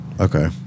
Okay